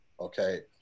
Okay